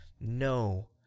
No